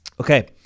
Okay